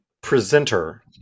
presenter